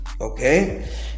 Okay